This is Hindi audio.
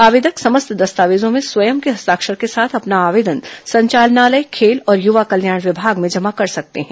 आवेदक समस्त दस्तावेजों में स्वयं के हस्ताक्षर के साथ अपना आवेदन संचालनालय खेल और युवा कल्याण विमाग में जमा कर सकते हैं